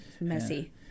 Messy